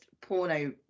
porno